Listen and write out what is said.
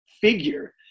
figure